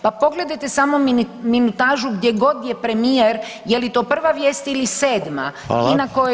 Pa pogledajte samo minutažu gdje god je premijer je li to prva vijest ili sedma i na kojoj